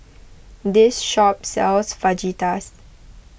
this shop sells Fajitas